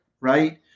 right